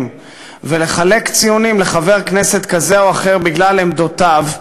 ולחלק ציונים לחבר כנסת כזה או אחר בגלל עמדותיו,